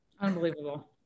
Unbelievable